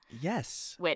Yes